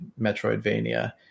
Metroidvania